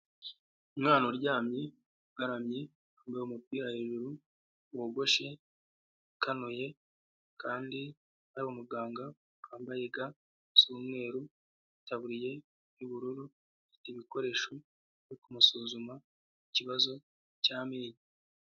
Umwana uryamye ugaramye wambaye umupira hejuru wogoshe ukanuye kandi hari umuganga wambaye ga z'umweru itaburiye y'ubururu afite ibikoresho byo kumusuzuma ikibazo cy'amenyo.